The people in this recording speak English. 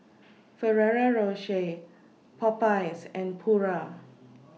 Ferrero Rocher Popeyes and Pura